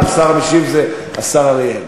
אבל השר המשיב זה השר אריאל.